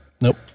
Nope